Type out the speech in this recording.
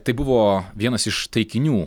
tai buvo vienas iš taikinių